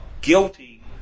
guilty